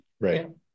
right